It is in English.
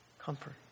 comfort